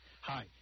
Hi